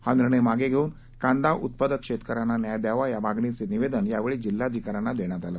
हा निर्णय मागे घेवून कांदा उत्पादक शेतकऱ्यांना न्याय द्यावा या मागणीच निवेदन यावेळी जिल्हाधिकाऱ्यांना देण्यात आलं